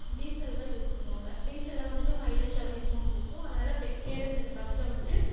diesel தான் use பண்ணுவாங்க டீசலில் வந்துட்டு மைலேஜ் அதிகமாக கொடுக்கும் அதனால் பே பேருந்தில் பஸ்ஸில் வந்துட்டு